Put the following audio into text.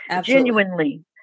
genuinely